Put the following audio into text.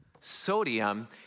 sodium